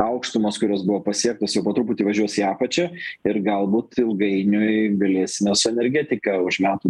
aukštumos kurios buvo pasiektos jau po truputį važiuos į apačią ir galbūt ilgainiui galėsime su energetika už metų